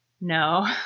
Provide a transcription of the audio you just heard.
No